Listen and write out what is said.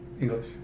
English